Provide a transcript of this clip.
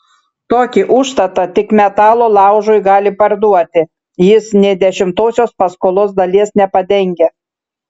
tokį užstatą tik metalo laužui gali parduoti jis nė dešimtosios paskolos dalies nepadengia